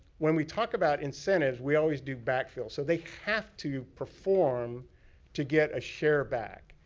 when we talk about incentives, we always do backfill. so, they have to perform to get a share back.